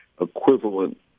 equivalent